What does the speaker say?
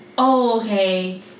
okay